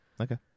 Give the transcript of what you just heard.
okay